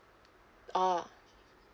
oh